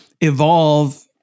evolve